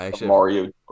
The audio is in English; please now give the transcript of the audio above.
Mario